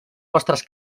vostres